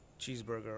cheeseburger